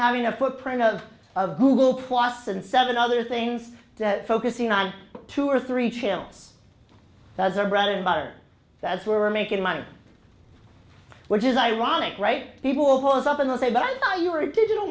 having a footprint of of google plus and seven other things that focusing on two or three channels that's our bread and butter and that's where we're making money which is ironic right people will call us up and will say but i thought you were a digital